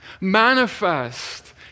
manifest